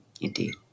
Indeed